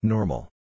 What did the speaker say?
Normal